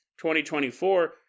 2024